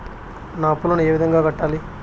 నా అప్పులను ఏ విధంగా కట్టాలి?